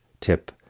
tip